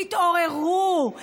תתעוררו,